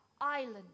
Island